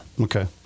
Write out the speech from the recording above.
Okay